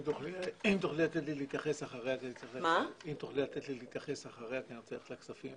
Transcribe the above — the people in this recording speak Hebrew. אם תוכלי לתת לי להתייחס אחריה כי אני רוצה ללכת לכספים.